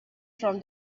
from